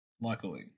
Luckily